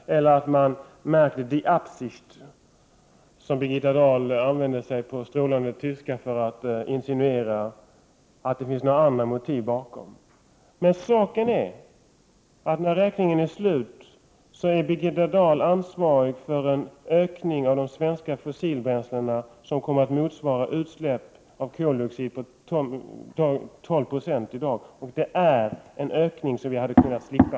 Hon säger också att man märker ”die Absicht”. På strålande tyska tar Birgitta Dahl till det uttrycket för att insinuera att det finns andra motiv bakom detta. Men faktum är att när sluträkningen väl är ett faktum är Birgitta Dahl ansvarig för en ökning av användningen av svenska fossila bränslen som gör att koldioxidutsläppen blir 12 26 större än i dag — en ökning som vi hade kunnat undvika.